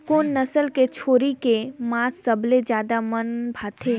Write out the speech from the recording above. कोन नस्ल के छेरी के मांस सबले ज्यादा मन भाथे?